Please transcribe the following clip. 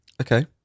Okay